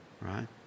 right